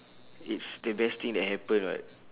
it's the best thing that happen [what]